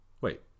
Wait